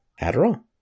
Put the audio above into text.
Adderall